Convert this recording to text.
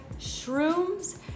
Shrooms